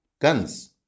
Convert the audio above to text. guns